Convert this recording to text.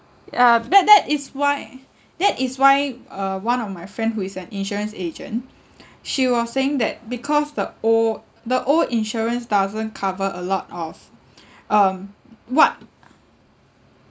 yeah that that is why that is why uh one of my friend who is an insurance agent she was saying that because the old the old insurance doesn't cover a lot of um what